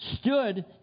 stood